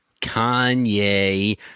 Kanye